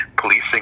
policing